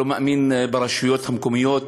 לא מאמין ברשויות המקומיות.